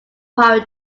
prior